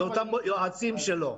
זה אותם יועצים שלו.